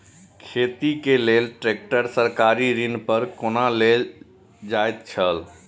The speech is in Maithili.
खेती के लेल ट्रेक्टर सरकारी ऋण पर कोना लेल जायत छल?